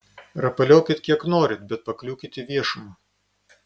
rapaliokit kiek norit bet pakliūkit į viešumą